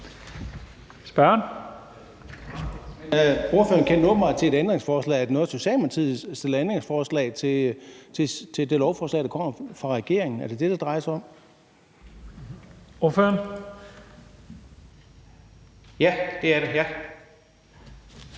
(EL): Ordføreren kendte åbenbart til et ændringsforslag. Er det, at Socialdemokratiet stiller ændringsforslag til det lovforslag, der kommer fra regeringen? Er det det, det drejer sig om? Kl. 22:16 Første